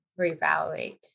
reevaluate